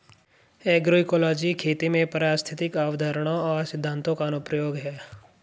agroecology खेती में पारिस्थितिक अवधारणाओं और सिद्धांतों का अनुप्रयोग है